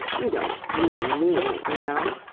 you don't really mean it, you know.